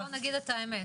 בואו נגיד את האמת.